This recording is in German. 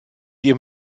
ihrem